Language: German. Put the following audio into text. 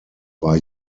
war